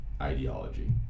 ideology